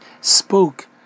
spoke